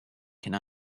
can